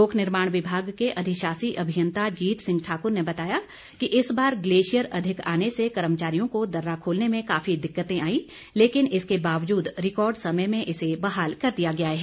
लोक निर्माण विभाग के अधिशासी अभियंता जीत सिंह ठाकुर ने बताया कि इस बार ग्लेशियर अधिक आने से कर्मचारियों को दर्रा खोलने में काफी दिक्कतें आईं लेकिन इसके बावजूद रिकार्ड समय में इसे बहाल कर दिया गया है